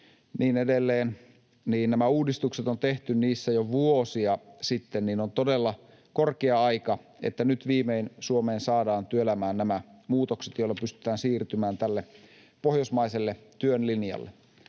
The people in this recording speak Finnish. niin edelleen — on tehty jo vuosia sitten, niin on todella korkea aika, että nyt viimein Suomeen saadaan työelämään nämä muutokset, joilla pystytään siirtymään tälle pohjoismaiselle työn linjalle.